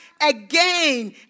again